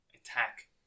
attack